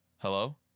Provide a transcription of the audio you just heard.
Hello